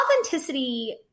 authenticity